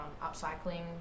upcycling